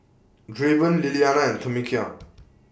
Draven Lilianna and Tamekia